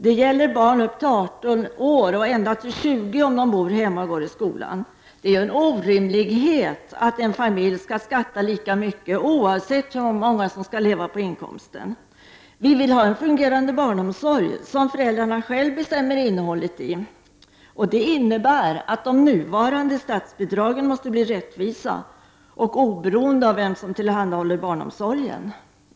Detta gäller barn upp till 18 år, och ända upp till 20 år om de bor hemma och går i skolan. Det är en orimlighet att en familj skall betala lika mycket i skatt oavsett hur många som skall leva på inkomsten. Vi vill ha en fungerande barnomsorg som föräldrarna själva bestämmer innehållet i. Det innebär att de nuvarande statsbidragen måste bli rättvisa och oberoende av vem som tillhandahåller barnomsorg.